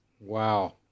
wow